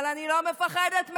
אבל אני לא מפחדת מהם,